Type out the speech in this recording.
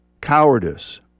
cowardice